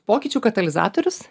pokyčių katalizatorius